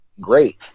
great